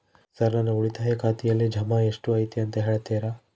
Sir ನನ್ನ ಉಳಿತಾಯ ಖಾತೆಯಲ್ಲಿ ಜಮಾ ಎಷ್ಟು ಐತಿ ಅಂತ ಹೇಳ್ತೇರಾ?